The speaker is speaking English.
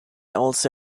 also